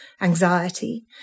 anxiety